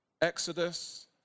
Exodus